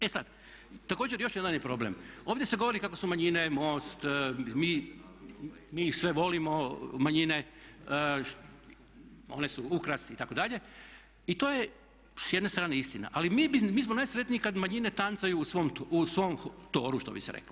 E sad, također još jedan je problem, ovdje se govori kako su manjine, MOST, mi ih sve volimo manjine, one su ukras itd. i to je s jedne strane istina, ali mi bi, mi smo najsretniji kad manjine tancaju u svom toru što bi se reklo.